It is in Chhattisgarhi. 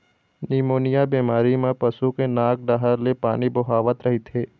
निमोनिया बेमारी म पशु के नाक डाहर ले पानी बोहावत रहिथे